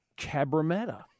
Cabramatta